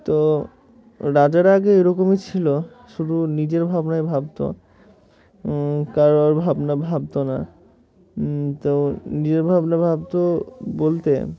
তো রাজারা আগে এরকমই ছিল শুধু নিজের ভাবনায় ভাবতো কারোর ভাবনা ভাবতো না তো নিজের ভাবনা ভাবতো বলতে